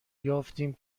یافتیم